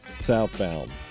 southbound